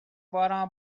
بارمو